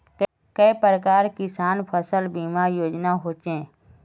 के प्रकार किसान फसल बीमा योजना सोचें?